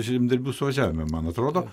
žemdirbių suvažiavime man atrodo